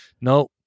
No